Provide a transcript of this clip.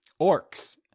Orcs